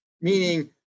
meaning